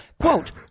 Quote